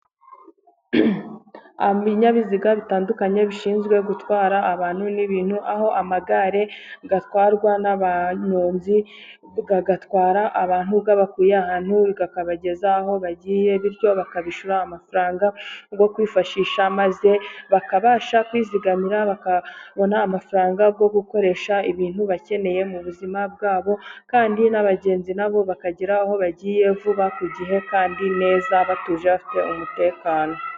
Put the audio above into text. Ibinyabiziga bitandukanye bishinzwe gutwara abantu n'ibintu, aho amagare atwarwa n'abanyonzi agatwara abantu abakuye ahantu bikakabageza aho bagiye, bityo bakabishyura amafaranga yo kwifashisha maze bakabasha kwizigamira, bakabona amafaranga yo gukoresha ibintu bakeneye mu buzima bwabo, kandi n'abagenzi nabo bakagira aho bagiye vuba ku gihe kandi neza batuje bafite umutekano.